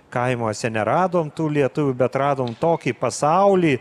kaimuose neradom tų lietuvių bet radom tokį pasaulį